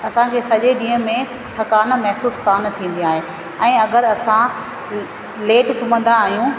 असांखे सॼे ॾींहं में थकानु महिसूसु कोन थींदी आहे ऐं अगरि असां लेट सुम्हंदा आहियूं